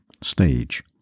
stage